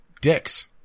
Dicks